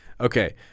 Okay